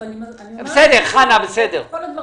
אני אומרת את זה שוב,